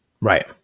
Right